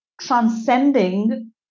transcending